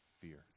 fear